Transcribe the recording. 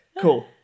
cool